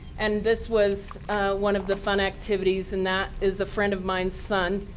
and this was one of the fun activities. and that is a friend of mine's son,